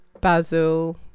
basil